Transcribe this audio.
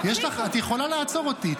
את יכולה לעצור אותי,